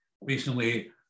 recently